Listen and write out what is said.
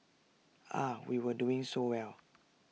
ah we were doing so well